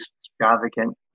extravagant